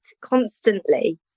constantly